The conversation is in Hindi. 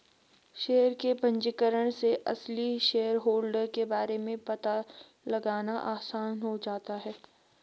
शेयर के पंजीकरण से असली शेयरहोल्डर के बारे में पता लगाना आसान हो जाता है